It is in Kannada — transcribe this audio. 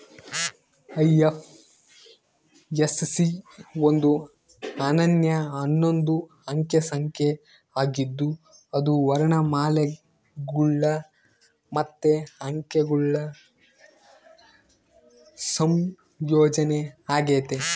ಐ.ಎಫ್.ಎಸ್.ಸಿ ಒಂದು ಅನನ್ಯ ಹನ್ನೊಂದು ಅಂಕೆ ಸಂಖ್ಯೆ ಆಗಿದ್ದು ಅದು ವರ್ಣಮಾಲೆಗುಳು ಮತ್ತೆ ಅಂಕೆಗುಳ ಸಂಯೋಜನೆ ಆಗೆತೆ